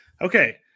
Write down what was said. Okay